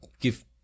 give